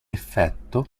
effetto